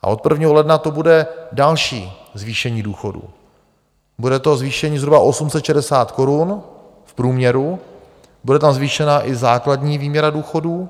A od 1. ledna to bude další zvýšení důchodů, bude to zvýšení zhruba o 860 korun v průměru, bude tam zvýšena i základní výměra důchodů.